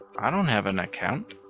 i don't have an account.